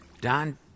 Don